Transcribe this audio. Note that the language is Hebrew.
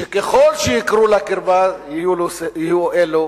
שככל שיקראו לה קרבה, יהיו אלו